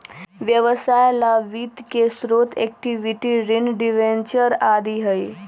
व्यवसाय ला वित्त के स्रोत इक्विटी, ऋण, डिबेंचर आदि हई